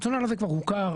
הרציונל הזה כבר הוכר,